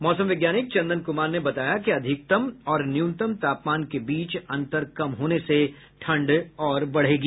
मौसम वैज्ञानिक चंदन कुमार ने बताया कि अधिकतम और न्यूनतम तापमान के बीच अंतर कम होने से ठंड बढ़ेगी